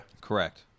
Correct